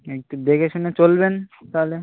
একটু দেখেশুনে চলবেন তাহলে